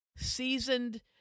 Seasoned